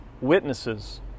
witnesses